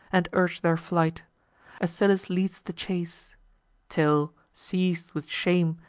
and urge their flight asylas leads the chase till, seiz'd, with shame,